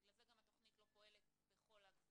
בגלל זה גם התוכנית לא פועלת בכל הגזרות,